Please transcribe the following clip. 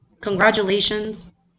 Congratulations